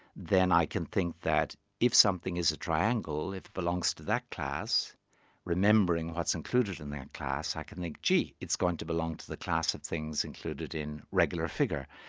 then i can think that if something is a triangle, it belongs to that class remembering what's included in that class, i can think, gee, it's going to belong to the class of things included in regular figure,